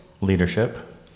leadership